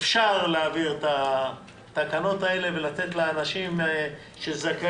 אפשר להעביר את התקנות האלה ולתת לאנשים שזכאים